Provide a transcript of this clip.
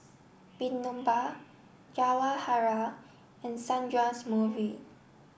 Vinoba Jawaharlal and Sundramoorthy